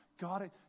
God